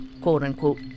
quote-unquote